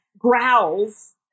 growls